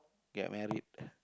get married